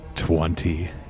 Twenty